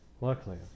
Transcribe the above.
luckily